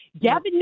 Gavin